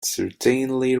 certainly